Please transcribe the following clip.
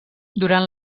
durant